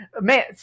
man